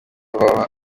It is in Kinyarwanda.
baba